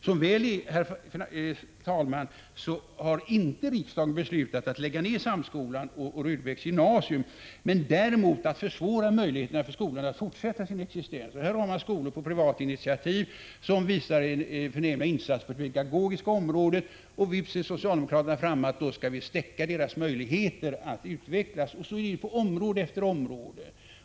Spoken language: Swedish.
Som väl är har inte riksdagen beslutat att lägga ned Samskolan och Rudebecks gymnasium, men har däremot försvårat skolans fortsatta existens. Det finns skolor som drivs i privat regi och som gör förnämliga insatser på det pedagogiska området, men 21 vips är socialdemokraterna framme och säger att man skall stäcka deras möjligheter att utvecklas. Och så är det på område efter område.